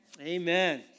Amen